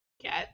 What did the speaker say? get